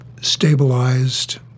stabilized